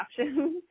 options